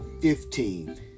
fifteen